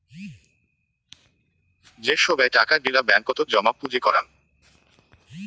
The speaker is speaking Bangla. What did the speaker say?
যে সোগায় টাকা গিলা ব্যাঙ্কত জমা পুঁজি করাং